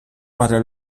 para